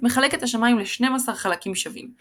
מחלק את השמיים ל-12 חלקים שווים,